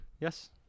Yes